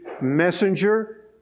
messenger